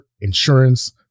insurance